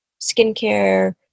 skincare